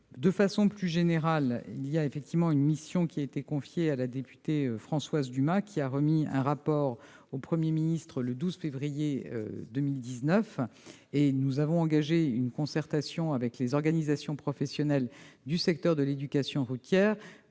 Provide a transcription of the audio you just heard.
De façon plus générale, cela a été rappelé, une mission a été confiée à la députée Françoise Dumas, qui a remis un rapport au Premier ministre le 12 février 2019. Nous avons engagé une concertation avec les organisations professionnelles du secteur de l'éducation routière,